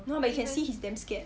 no but you can see he's damn scared